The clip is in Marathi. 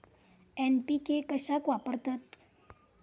एन.पी.के कशाक वापरतत?